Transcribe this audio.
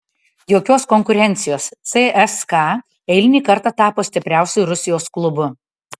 jokios konkurencijos cska eilinį kartą tapo stipriausiu rusijos klubu